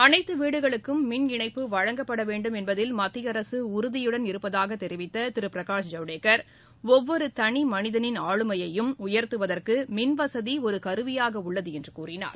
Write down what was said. அனைத்துவீடுகளுக்கும் வழங்கப்படவேண்டும் என்பதில் மத்தியஅரசுஉறுதியுடன் இருப்பதாகத் தெரிவித்ததிருபிரகாஷ் ஐவடேகர் ஒவ்வொருதனிமனிதனின் ஆளுமையும் உயர்த்துவதற்குமின்வசதிஒருகருவியாகஉள்ளதுஎன்றுகூறினார்